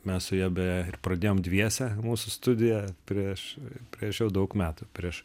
mes su ja beje ir pradėjom dviese mūsų studiją prieš prieš jau daug metų prieš